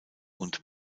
und